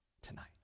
tonight